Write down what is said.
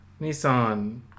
Nissan